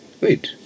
Wait